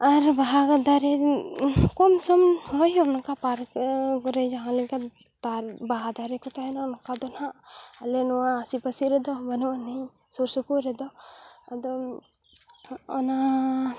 ᱟᱨ ᱵᱟᱦᱟ ᱫᱟᱨᱮ ᱠᱚᱢ ᱥᱚᱢ ᱦᱳᱭ ᱚᱱᱠᱟ ᱯᱟᱨᱠ ᱠᱚᱨᱮ ᱡᱟᱦᱟᱸ ᱞᱮᱠᱟ ᱛᱟᱨ ᱵᱟᱦᱟ ᱫᱟᱨᱮ ᱠᱚ ᱛᱟᱦᱮᱱᱟ ᱚᱱᱠᱟ ᱫᱚ ᱱᱟᱦᱟᱜ ᱟᱞᱮ ᱱᱚᱣᱟ ᱟᱥᱮ ᱯᱟᱥᱮ ᱨᱮᱫᱚ ᱵᱟᱹᱱᱩᱜ ᱟᱹᱱᱤᱡ ᱥᱩᱨ ᱥᱩᱯᱩᱨ ᱨᱮᱫᱚ ᱟᱫᱚ ᱚᱱᱟ